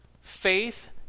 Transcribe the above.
Faith